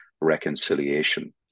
reconciliation